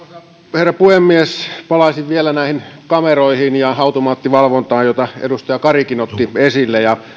herra puhemies palaisin vielä näihin kameroihin ja automaattivalvontaan jotka edustaja karikin otti esille